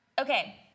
okay